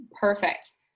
perfect